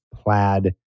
plaid